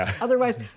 Otherwise